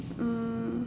um